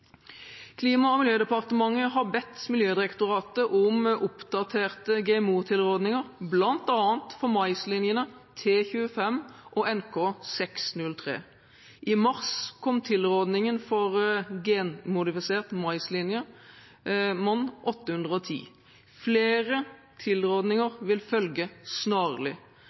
Klima- og miljødepartementet har bedt Miljødirektoratet om oppdaterte GMO-tilrådninger, bl.a. for maislinjene T25 og NK603. I mars kom tilrådningen for genmodifisert maislinje MON810. Flere tilrådninger vil følge snarlig.